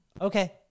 okay